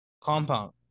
compound